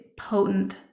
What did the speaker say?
potent